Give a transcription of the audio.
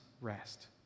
rest